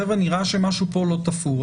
חבר'ה, נראה שמשהו פה לא תפור.